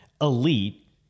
elite